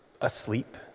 asleep